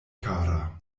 kara